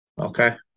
okay